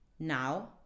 Now